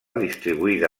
distribuïda